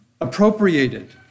appropriated